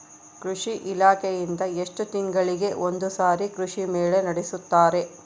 ಕೃಷಿ ಇಲಾಖೆಯಿಂದ ಎಷ್ಟು ತಿಂಗಳಿಗೆ ಒಂದುಸಾರಿ ಕೃಷಿ ಮೇಳ ನಡೆಸುತ್ತಾರೆ?